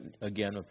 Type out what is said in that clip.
again